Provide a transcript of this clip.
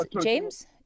James